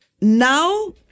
now